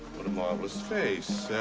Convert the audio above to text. what a marvelous face.